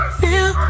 feel